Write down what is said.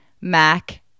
Mac